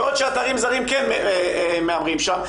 בעוד שאתרים זרים כן מהמרים שם.